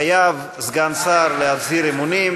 חייב סגן שר להצהיר אמונים,